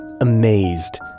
amazed